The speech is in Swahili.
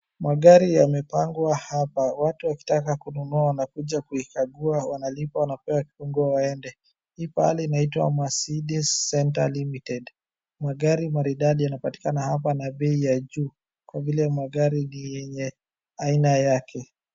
Magari yamepangwa hapa, watu wakitaka kununua wanakuja kuikagua wanalipa wanapewa kifungo waende. Hii pahali inaitwa Mercedes Centre Limited. Magari maridadi yanapatikana hapa na bei ya juu kwa vile magari ni yenye aina yake.